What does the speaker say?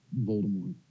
voldemort